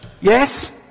Yes